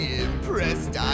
impressed